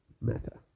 matter